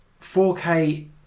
4K